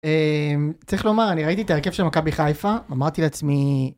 צריך לומר אני ראיתי את הרכב של מכבי חיפה אמרתי לעצמי.